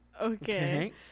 Okay